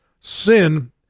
Sin